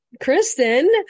Kristen